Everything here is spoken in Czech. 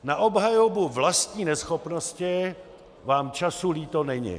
Na obhajobu vlastní neschopnosti vám času líto není.